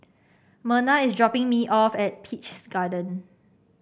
Merna is dropping me off at Peach's Garden